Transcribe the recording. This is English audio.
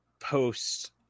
post